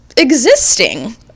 existing